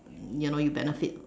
you know you benefit